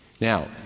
Now